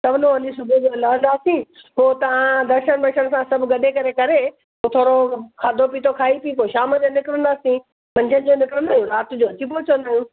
सहुलो वञी सुबुह जो लहंदासीं पोइ हुतां दर्शन वर्शन असां सब गॾु करे करे पोइ थोरो खाधो पीतो खाई पी शाम जो निकरंदासीं मंझंनि जो निकरंदा राति जो अचबो चङो